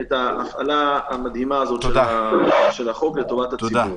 את ההפעלה המדהימה הזאת של החוק לטובת הציבור.